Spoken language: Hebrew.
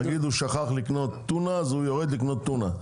נגיד שהוא שכח לקנות טונה אז הוא יורד לקנות טונה.